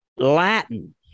Latin